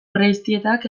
urreiztietak